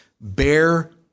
bear